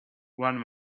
one